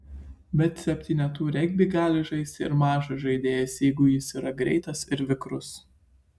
bet septynetų regbį gali žaisti ir mažas žaidėjas jeigu jis yra greitas ir vikrus